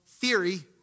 theory